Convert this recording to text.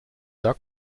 dak